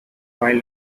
while